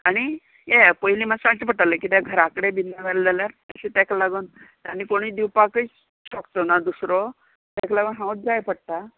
आनी येया पयलीं मात सांगचें पडटलें किद्याक घरा कडेन बीन ना जालें जाल्यार तशें तेका लागोन तांणी कोणीय दिवपाकूच शकचो ना दुसरो तेका लागोन हांवच जाय पडटा आं